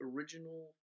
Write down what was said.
original